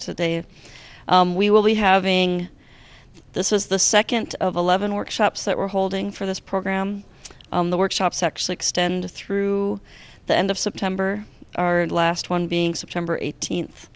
day we will be having this is the second of eleven workshops that we're holding for this program the workshops actually extended through the end of september our last one being september eighteenth